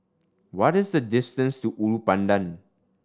what is the distance to Ulu Pandan